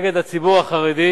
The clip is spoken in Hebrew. נגד הציבור החרדי